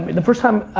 the first time,